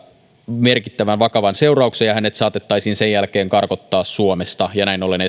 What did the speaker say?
merkittävän vakavan seurauksen ja hänet saatettaisiin sen jälkeen karkottaa suomesta ja näin ollen